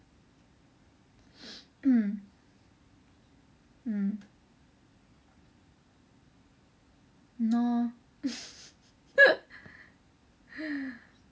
mm !hannor!